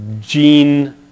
gene